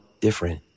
different